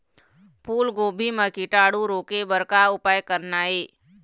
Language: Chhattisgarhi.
फूलगोभी म कीटाणु रोके बर का उपाय करना ये?